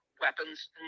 weapons